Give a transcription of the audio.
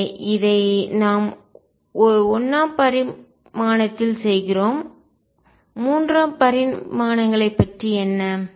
எனவே இதை நாம் 1 பரிமாணத்தில் செய்கிறோம் 3 பரிமாணங்களைப் பற்றி என்ன